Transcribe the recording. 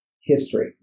history